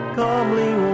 calmly